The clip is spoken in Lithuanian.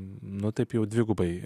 nu taip jau dvigubai